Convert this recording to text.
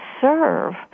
serve